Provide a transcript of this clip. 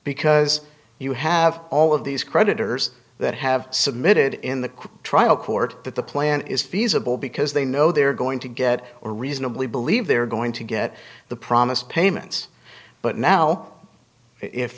because you have all of these creditors that have submitted in the trial court that the plan is feasible because they know they're going to get or reasonably believe they're going to get the promised payments but now if